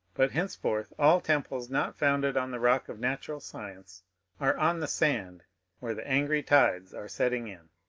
but henceforth all temples not founded on the rock of natural science are on the sand where the angry tides are setting in.